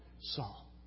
Saul